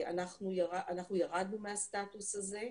אנחנו ירדנו מהסטטוס הזה.